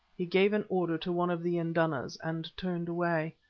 he gave an order to one of the indunas, and turned away.